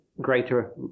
greater